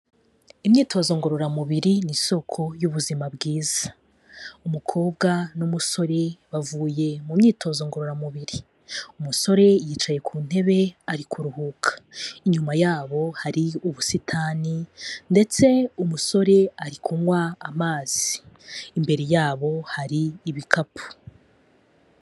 Imyitozo ngororamubiri ni isoko y'ubuzima bwiza. Umukobwa n'umusore bavuye mu myitozo ngororamubiri, umusore yicaye ku ntebe ari kuruhuka. Inyuma yabo hari ubusitani, ndetse umusore ari kunywa amazi. Imbere yabo hari ibikapu.